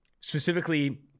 specifically